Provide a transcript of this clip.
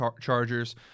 Chargers